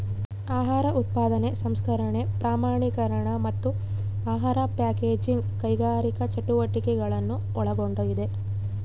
ಆಹಾರ ಉತ್ಪಾದನೆ ಸಂಸ್ಕರಣೆ ಪ್ರಮಾಣೀಕರಣ ಮತ್ತು ಆಹಾರ ಪ್ಯಾಕೇಜಿಂಗ್ ಕೈಗಾರಿಕಾ ಚಟುವಟಿಕೆಗಳನ್ನು ಒಳಗೊಂಡಿದೆ